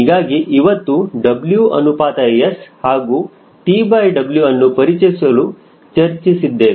ಹೀಗಾಗಿ ಇವತ್ತು W ಅನುಪಾತ S ಹಾಗೂ TW ಅನ್ನು ಪರಿಚಯಿಸಲು ಚರ್ಚಿಸುತ್ತೇವೆ